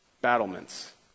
battlements